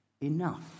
enough